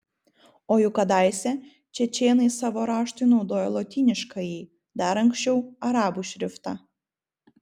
o juk kadaise čečėnai savo raštui naudojo lotyniškąjį dar anksčiau arabų šriftą